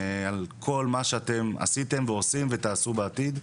על כל מה שאתם עשיתם ועושים ותעשו בעתיד.